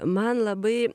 man labai